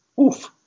oof